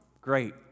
Great